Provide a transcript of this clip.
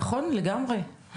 נכון, לגמרי.